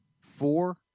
Four